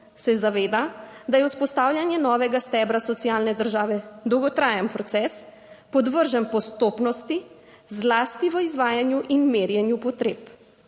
se zaveda, da je vzpostavljanje novega stebra socialne države dolgotrajen proces, podvržen postopnosti zlasti v izvajanju in merjenju potreb.